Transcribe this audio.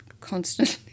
constantly